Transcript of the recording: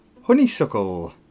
Honeysuckle